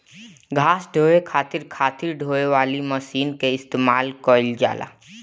घास ढोवे खातिर खातिर ढोवे वाली मशीन के इस्तेमाल कइल जाला